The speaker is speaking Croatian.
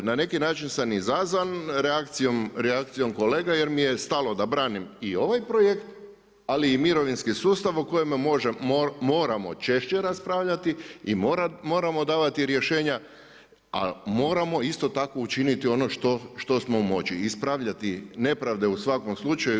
Na neki način sam izazvan reakcijom kolega jer mi je stalo da branim i ovaj projekt, ali i mirovinski sustav o kojem moramo češće raspravljati i moramo davati rješenja, a moramo isto tako učiniti ono što smo u moći, ispravljati nepravde u svakom slučaju.